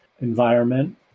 environment